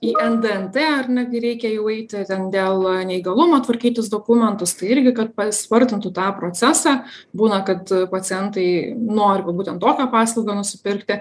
į ndnt ar ne kai reikia jau eiti ten dėl neįgalumo tvarkytis dokumentus tai irgi kad paspartintų tą procesą būna kad pacientai nori va būtent tokią paslaugą nusipirkti